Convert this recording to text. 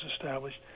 established